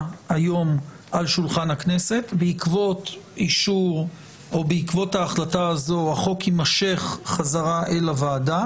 היום על שולחן הכנסת בעקבות ההחלטה הזו החוק יימשך חזרה אל הוועדה.